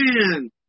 man